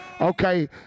okay